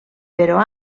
però